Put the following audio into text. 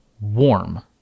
warm